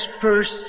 first